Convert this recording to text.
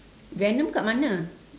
venom dekat mana